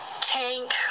tank